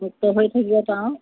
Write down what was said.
মুক্ত হৈ থাকিব পাৰোঁ